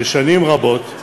ששנים רבות,